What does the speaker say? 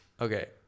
Okay